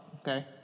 okay